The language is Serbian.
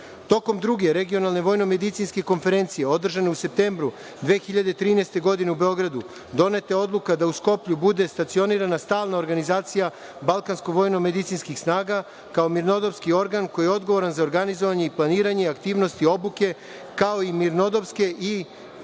Druge regionalne vojnomedicinske konferencije, održane u septembru 2013. godine u Beogradu, doneta je odluka da u Skoplju bude stacionirana stalna organizacija Balkansko vojnomedicinskih snaga kao mirnodopski organ koji je odgovoran za organizovanje i planiranje aktivnosti obuke, kao i mirnodopske i